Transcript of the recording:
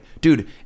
Dude